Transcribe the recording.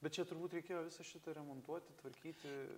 bet čia turbūt reikėjo visą šitą remontuoti tvarkyti